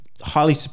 highly